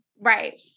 Right